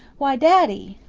why, daddy